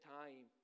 time